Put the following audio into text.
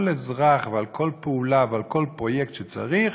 אזרח ועל כל פעולה ועל כל פרויקט שצריך,